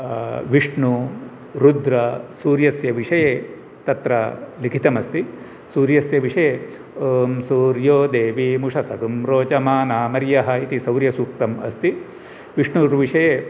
विष्णुरुद्रसूर्यस्य विषये तत्र लिखितमस्ति सूर्यस्य विषये ओं सूर्यो देवीमुषसगं रोचमानामर्यः इति सौर्यसूक्तमस्ति विष्णोः विषये